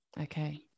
Okay